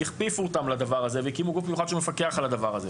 הכפיפו אותם לדבר הזה והקימו גוף מיוחד שמפקח על הדבר הה.